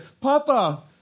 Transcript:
Papa